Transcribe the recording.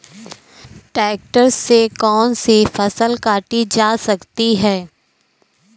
Tractor से कौन सी फसल काटी जा सकती हैं?